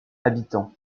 habitants